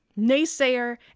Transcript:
naysayer